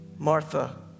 Martha